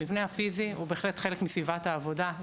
המבנה הפיזי הוא בהחלט חלק מסביבת העבודה.